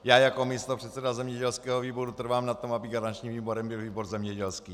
Já jako místopředseda zemědělského výboru trvám na tom, aby garančním výborem byl výbor zemědělský.